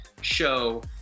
show